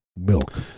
milk